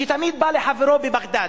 שתמיד בא לחברו בבגדד.